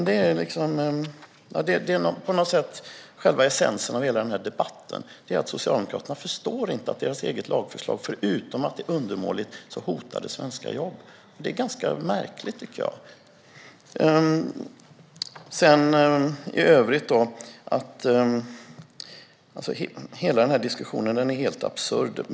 Det är på något sätt själva essensen i hela debatten: Socialdemokraterna förstår inte att deras eget lagförslag, förutom att det är undermåligt, hotar svenska jobb. Det är ganska märkligt. I övrigt är hela diskussionen helt absurd.